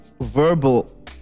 verbal